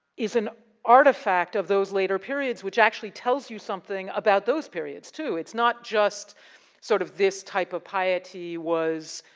is an artifact of those later periods which actually tells you something about those periods, too. it's not just sort of this type of piety was